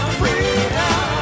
freedom